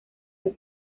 dos